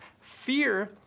Fear